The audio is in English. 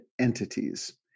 entities